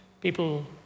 people